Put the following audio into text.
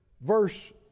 verse